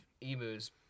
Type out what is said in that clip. emus